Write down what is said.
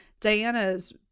Diana's